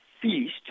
feast